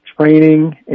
training